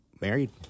married